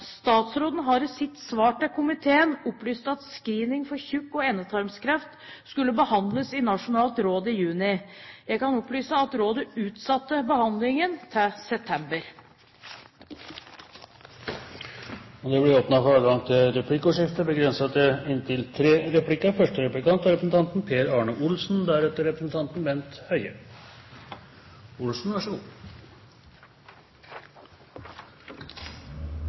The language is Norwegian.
Statsråden har i sitt svar til komiteen opplyst at screening for tykk- og endetarmskreft skulle behandles i Nasjonalt råd i juni. Jeg kan opplyse om at rådet utsatte behandlingen til september. Det blir replikkordskifte. Det virker som vi er